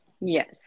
yes